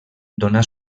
donà